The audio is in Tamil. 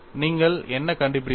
நீங்கள் என்ன கண்டுபிடிப்பீர்கள்